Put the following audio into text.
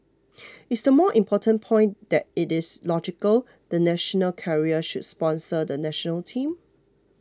is the more important point that it is logical the national carrier should sponsor the National Team